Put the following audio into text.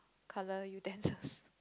colour utensils